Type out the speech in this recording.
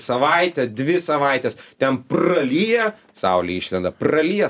savaitę dvi savaites ten pralyja saulė išlenda pralyja